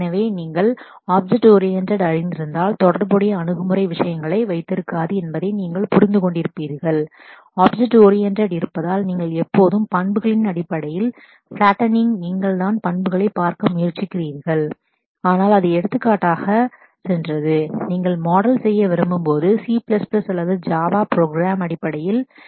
எனவே நீங்கள் object oriented அறிந்திருந்தால் அதோடு தொடர்புடைய அணுகுமுறை விஷயங்களை வைத்திருக்காது என்பதை நீங்கள் புரிந்துகொண்டிருப்பீர்கள் ஆப்ஜெக்ட் ஓரியன்டேட் இருப்பதால் நீங்கள் எப்போதும் அட்ரிபியூட்களின் அடிப்படையில் பிலாட்டெனிங் செய்ய முயற்சிக்கிறது ஆனால் அது எடுத்துக்காட்டாக சென்றது நீங்கள் மாடல் செய்ய விரும்பும் போது C அல்லது ஜாவா Java ப்ரோக்ராம் அடிப்படையில் செய்யலாம்